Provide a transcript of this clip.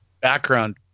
background